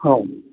हो